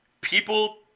people